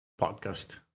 podcast